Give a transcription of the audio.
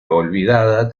olvidada